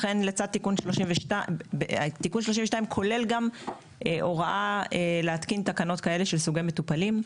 תיקון 32 כולל גם הוראה להתקין תקנות כאלה של סוגי מטופלים.